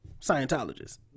scientologists